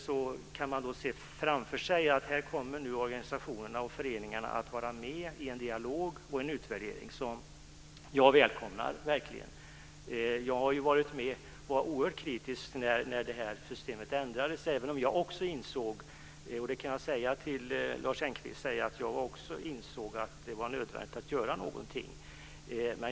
Vi kan se framför oss att organisationerna nu kommer att vara med i en dialog och en utvärdering, något som jag verkligen välkomnar. Jag var oerhört kritisk när systemet ändrades, även om jag kan säga till Lars Engqvist att också jag insåg att det var nödvändigt att göra någonting.